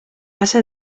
hace